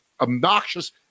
obnoxious